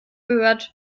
gehört